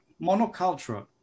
monoculture